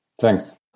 Thanks